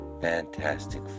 Fantastic